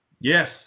Yes